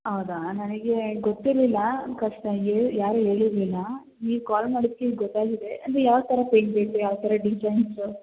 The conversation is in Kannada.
ಹೌದಾ ನನಗೆ ಗೊತ್ತಿರಲಿಲ್ಲ ಯಾರೂ ಹೇಳಿರ್ಲಿಲ್ಲ ನೀವು ಕಾಲ್ ಮಾಡಿದಕ್ಕೆ ಈಗ ಗೊತ್ತಾಗಿದೆ ಅಂದರೆ ಯಾವ ಥರ ಪೇಯಿಂಟ್ ಬೇಕು ಯಾವ ಥರ ಡಿಸೈನ್ಸು